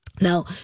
Now